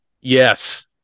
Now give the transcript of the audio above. Yes